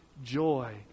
joy